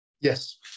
Yes